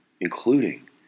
including